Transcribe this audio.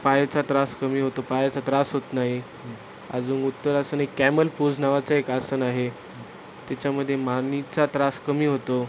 पायाचा त्रास कमी होतो पायाचा त्रास होत नाही अजून उष्ट्रासन एक कॅमल पोज नावाचं एक आसन आहे त्याच्यामध्ये मानेचा त्रास कमी होतो